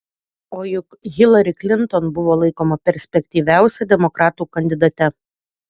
o juk hilari klinton buvo laikoma perspektyviausia demokratų kandidate